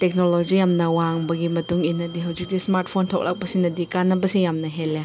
technology ꯌꯥꯝꯅ ꯋꯥꯡꯕꯒꯤ ꯃꯇꯨꯡ ꯏꯟꯅꯗꯤ ꯍꯧꯖꯤꯛꯀꯤ ꯏꯁꯃꯥꯔꯠ ꯐꯣꯟ ꯊꯣꯛꯂꯛꯄꯁꯤꯅꯗꯤ ꯀꯥꯟꯅꯕꯁꯦ ꯌꯥꯝꯅ ꯍꯦꯜꯂꯦ